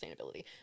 sustainability